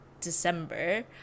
December